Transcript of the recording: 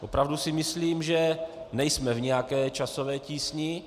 Opravdu si myslím, že nejsme v nějaké časové tísni.